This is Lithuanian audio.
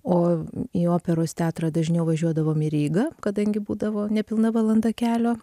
o į operos teatrą dažniau važiuodavom į rygą kadangi būdavo nepilna valanda kelio